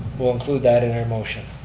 we'll include that in our motion.